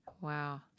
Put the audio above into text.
Wow